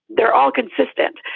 they're all consistent.